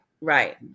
right